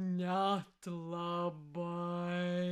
net labai